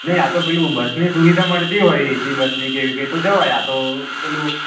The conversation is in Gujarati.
નહીં આ તો પેલું બસની સુવિધા મળતી હોય એસી બસની કે એવી કંઈ તો જવાય આ તો પેલું